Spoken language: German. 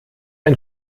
ein